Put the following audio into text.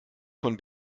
von